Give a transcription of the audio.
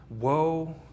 woe